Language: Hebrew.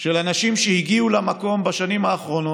של אנשים שהגיעו למקום בשנים האחרונות,